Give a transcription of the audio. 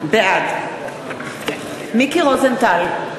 בעד מיקי רוזנטל,